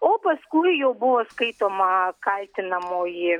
o paskui jau buvo skaitoma kaltinamoji